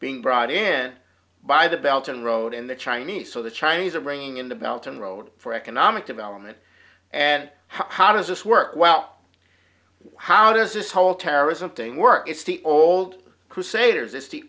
being brought in by the belgian road and the chinese so the chinese are bringing in the belton road for economic development and how does this work well how does this whole terrorism thing work it's the old crusaders it's